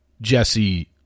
Jesse